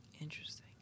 Interesting